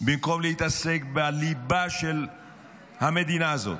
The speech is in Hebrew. במקום להתעסק בליבה של המדינה הזאת,